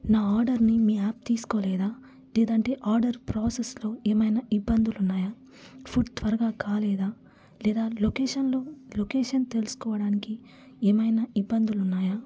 నా ఆర్డర్ని మీ యాప్ తీసుకోలేదా లేదంటే ఆర్డర్ ప్రాసెస్లో ఏమైనా ఇబ్బందులు ఉన్నాయా ఫుడ్ త్వరగా కాలేదా లేదా లొకేషన్లో లొకేషన్ తెలుసుకోవడానికి ఏమైనా ఇబ్బందులు ఉన్నాయా